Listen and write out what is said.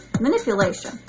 Manipulation